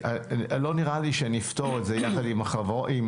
כי לא נראה לי שנפתור את זה יחד עם החברות,